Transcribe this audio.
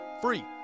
Free